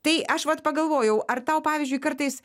tai aš vat pagalvojau ar tau pavyzdžiui kartais